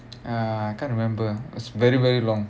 ya can't remember it was very very long